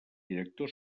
director